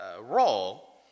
role